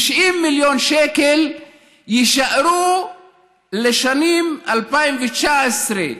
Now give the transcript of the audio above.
90 מיליון שקל יישארו לשנים 2019,